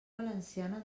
valenciana